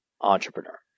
entrepreneur